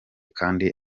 kandi